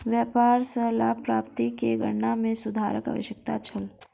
व्यापार सॅ लाभ प्राप्ति के गणना में सुधारक आवश्यकता छल